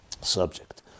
subject